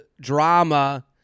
drama